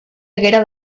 haguera